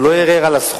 הוא לא ערער על הסכום.